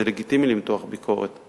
זה לגיטימי למתוח ביקורת,